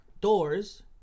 doors